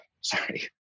sorry